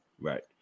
right